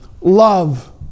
love